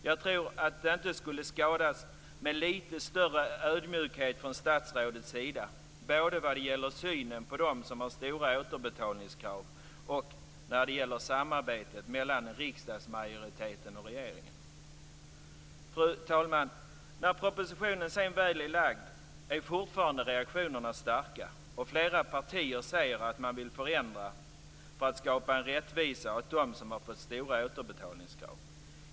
Lite större ödmjukhet från statsrådets sida skulle nog inte skada, både vad gäller synen på dem som har stora återbetalningskrav och vad gäller samarbetet mellan riksdagsmajoriteten och regeringen. Fru talman! När propositionen sedan väl är lagd är reaktionerna fortfarande starka. Flera partier säger sig vilja förändra för att skapa rättvisa åt dem som har fått stora återbetalningskrav.